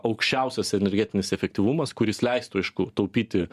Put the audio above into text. aukščiausias energetinis efektyvumas kuris leistų aišku taupyti